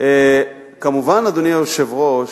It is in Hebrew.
היזהרו, כמובן, אדוני היושב-ראש,